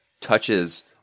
touches